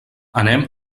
anem